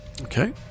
Okay